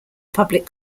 public